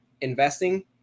investing